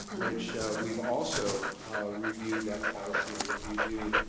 which we've also reviewed that policy and what we do.